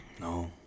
No